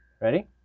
Ready